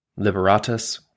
Liberatus